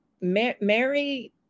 Mary